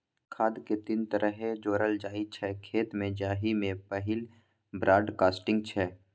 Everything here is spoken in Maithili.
खाद केँ तीन तरहे जोरल जाइ छै खेत मे जाहि मे पहिल ब्राँडकास्टिंग छै